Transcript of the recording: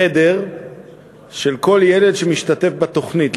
חדר של כל ילד שמשתתף בתוכנית,